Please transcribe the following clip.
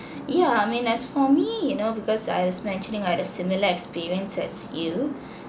yeah I mean as for me you know because I was mentioning I had a similar experience as you